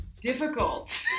difficult